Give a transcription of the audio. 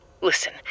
Listen